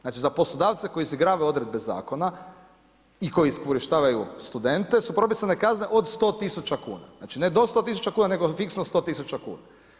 Znači za poslodavca koji se … odredbe zakona i koji iskorištavaju studente su propisane kazne od 100.000 kuna, znači ne do 100.000 kuna nego fiksno 100.000 kuna.